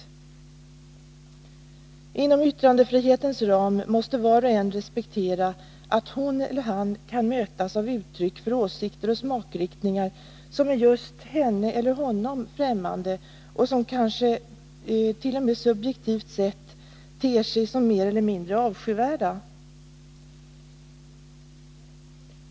Inom yttrandefrihetens ram måste var och en respektera att hon eller han kan mötas av uttryck för åsikter och smakriktningar som är just henne eller honom främmande och som kanske t.o.m. subjektivt sett ter sig mer eller mindre avskyvärda.